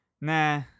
Nah